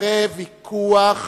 אחרי ויכוח